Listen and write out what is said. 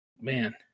man